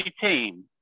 team